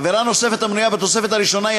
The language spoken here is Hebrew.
עבירה נוספת המנויה בתוספת הראשונה היא